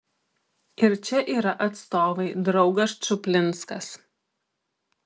ir čia yra atstovai draugas čuplinskas